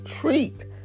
treat